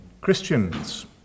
Christians